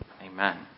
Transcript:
Amen